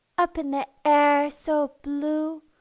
up in the air so blue?